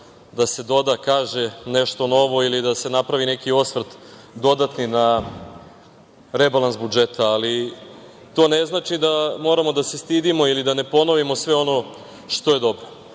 da se doda, kaže nešto novo ili da se napravi neki osvrt dodatni na rebalans budžeta, ali to ne znači da moramo da se stidimo ili da ne ponovimo ono što je dobro. Neko